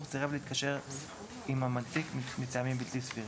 סירב להתקשר עם המנפיק מטעמים בלתי סבירים.